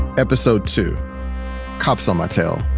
episode two cops on my tail